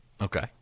Okay